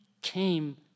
came